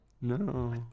no